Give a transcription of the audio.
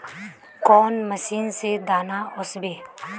कौन मशीन से दाना ओसबे?